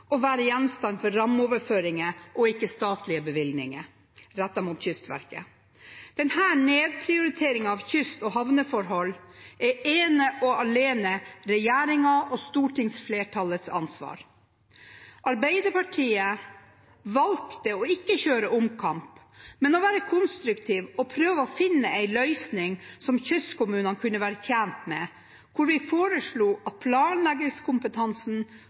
og være gjenstand for rammeoverføringer og ikke-statlige bevilgninger rettet mot Kystverket. Denne nedprioriteringen av kyst- og havneforhold er ene og alene regjeringen og stortingsflertallets ansvar. Arbeiderpartiet valgte å ikke kjøre omkamp, men å være konstruktiv og prøve å finne en løsning som kystkommunene kunne være tjent med, hvor vi foreslo at planleggingskompetansen